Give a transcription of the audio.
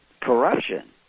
corruption